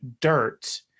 dirt